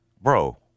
Bro